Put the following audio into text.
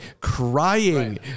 crying